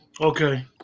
Okay